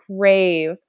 crave